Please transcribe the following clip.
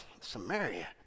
Samaria